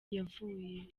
yavuye